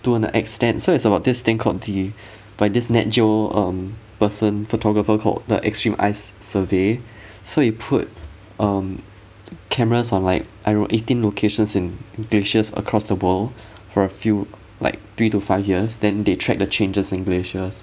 to an extent so it's about this thing called the by this nat geo um person photographer called the extreme ice survey so you put um cameras on like I dont know eighteen locations in glaciers across the world for a few like three to five years then they tracked the changes in glaciers